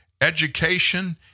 education